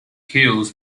hills